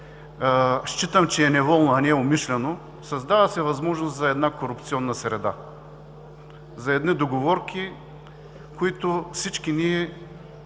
смятам, че е неволно, а не е умишлено – създава се възможност за една корупционна среда, за едни договорки, които всички ние